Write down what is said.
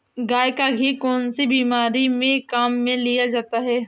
गाय का घी कौनसी बीमारी में काम में लिया जाता है?